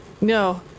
no